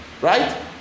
Right